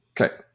Okay